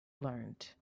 learned